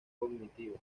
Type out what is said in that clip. cognitiva